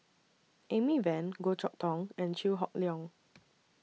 Amy Van Goh Chok Tong and Chew Hock Leong